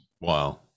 Wow